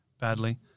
badly